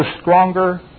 stronger